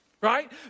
right